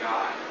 God